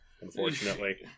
unfortunately